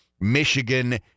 Michigan